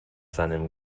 seinem